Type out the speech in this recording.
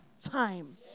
time